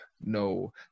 no